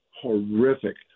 horrific